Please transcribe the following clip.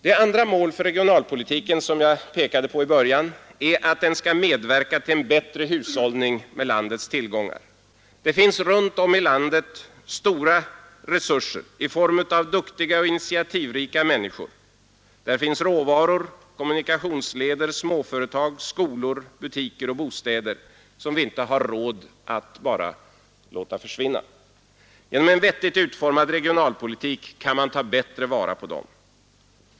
Det andra mål för regionalpolitiken som jag pekade på i början är att den skall medverka till en bättre hushållning med landets tillgångar. Det finns runt om i landet stora resurser i form av duktiga och initiativrika människor, där finns råvaror, kommunikationsleder, småföretag, skolor, butiker och bostäder som vi inte har råd att bara låta försvinna. Genom en vettigt utformad regionalpolitik kan man ta bättre vara på dem.